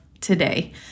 today